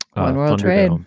on world trade. um